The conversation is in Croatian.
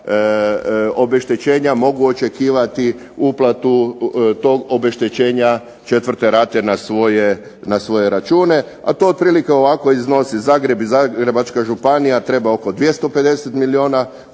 obeštećenja mogu očekivati uplatu tog obeštećenja četvrte rate na svoje račune. A to otprilike ovako iznosi: Zagreb i Zagrebačka županija treba oko 250 milijuna